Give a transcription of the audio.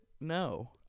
No